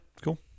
Cool